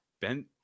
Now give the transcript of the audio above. Ben